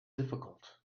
difficult